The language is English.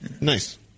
nice